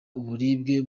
uburibwe